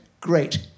great